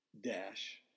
Dash